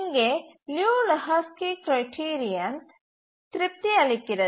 இங்கே Liu Lehoski criterion திருப்தி அளிக்கிறது